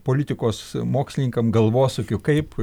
politikos mokslininkam galvosūkių kaip